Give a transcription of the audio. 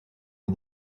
les